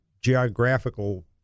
geographical